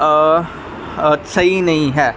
ਸਹੀ ਨਹੀਂ ਹੈ